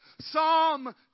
Psalm